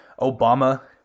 Obama